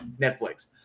netflix